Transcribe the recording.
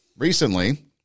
Recently